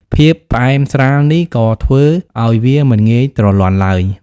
ភាពផ្អែមស្រាលនេះក៏ធ្វើឲ្យវាមិនងាយទ្រលាន់ឡើយ។